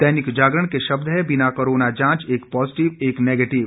दैनिक जागरण के शब्द हैं बिना कोरोना जांच एक पॉजीटिव एक नेगेटिव